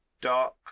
dark